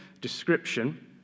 description